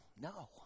No